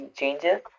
changes